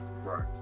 Right